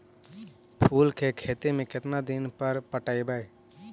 फूल के खेती में केतना दिन पर पटइबै?